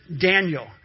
Daniel